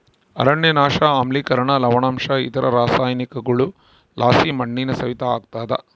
ಅರಣ್ಯನಾಶ ಆಮ್ಲಿಕರಣ ಲವಣಾಂಶ ಇತರ ರಾಸಾಯನಿಕಗುಳುಲಾಸಿ ಮಣ್ಣಿನ ಸವೆತ ಆಗ್ತಾದ